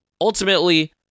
ultimately